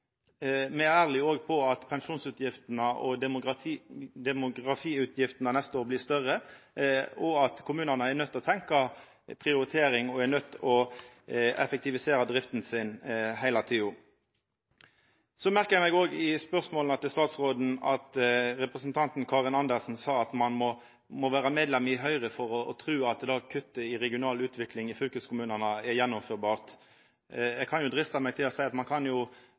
Me er òg ærlege på at pensjonsutgiftene og demografiutgiftene neste år blir større, og at kommunane er nøydde til å tenkja prioritering og å effektivisera drifta si heile tida. Så merkar eg meg òg i spørsmåla til statsråden at representanten Karin Andersen sa at ein må vera medlem i Høgre for å tru at det å kutta i regional utvikling i fylkeskommunane er gjennomførbart. Eg kan drista meg til å seia at ein kan